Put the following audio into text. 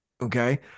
Okay